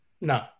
No